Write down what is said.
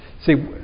See